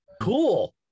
Cool